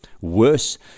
Worse